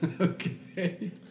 Okay